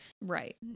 Right